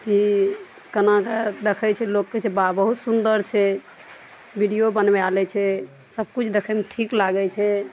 की केना कए देखय छै लोक कहय छै वाह बहुत सुन्दर छै वीडियो बनबय लै छै सबकिछु देखयमे ठीक लागय छै